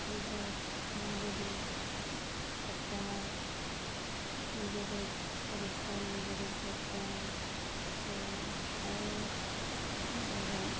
এইসব আমাদেরই করতে হয় নিজেদের পরিষ্কার নিজেদের করতে হয় গ্রাম শহর আলাদাই